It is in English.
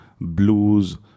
blues